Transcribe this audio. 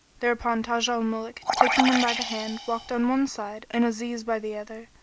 whereupon taj al-muluk taking him by the hand walked on one side and aziz by the other,